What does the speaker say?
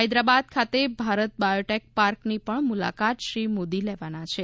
હૈદરાબાદ ખાતે ભારત બાયોટેક પાર્કની પણ મુલાકાત શ્રી મોદી લેવાના છે